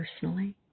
personally